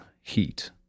heat